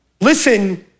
Listen